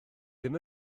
ddim